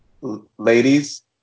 ladies